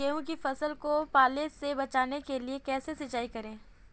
गेहूँ की फसल को पाले से बचाने के लिए कैसे सिंचाई करें?